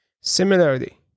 Similarly